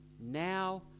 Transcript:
Now